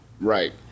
Right